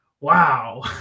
wow